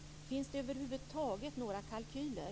Finns det över huvud taget några kalkyler?